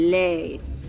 late